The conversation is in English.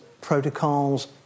protocols